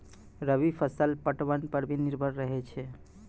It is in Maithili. रवि फसल पटबन पर भी निर्भर रहै छै